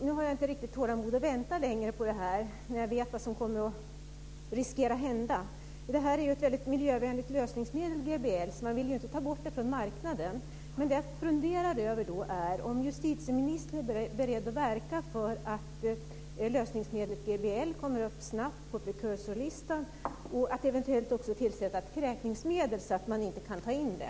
Nu har jag inte riktigt tålamod att vänta på det längre när jag vet vad som riskera att hända. GBL är ett väldigt miljövänligt lösningsmedel, så man vill ju inte ta bort det från marknaden. Det som jag då funderar över är om justitieministern är beredd att verka för att lösningsmedlet GBL kommer upp snabbt på precursor-listan och att eventuellt också ett kräkningsmedel tillsätts så att man inte kan ta in det.